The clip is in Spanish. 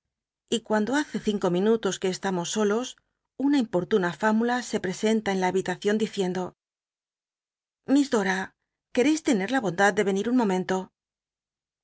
y cuando hace cinco minutos que estamos solos una iml ortuna famula se presenta en la habitacion didendo li s dora quetcis tener la bondad de en ir un momenlo